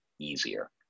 easier